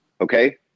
okay